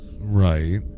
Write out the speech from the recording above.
Right